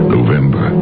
November